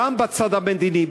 גם בצד המדיני.